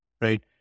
right